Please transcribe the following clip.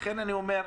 לכן אני אומר,